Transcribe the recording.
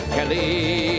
Kelly